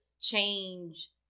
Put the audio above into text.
change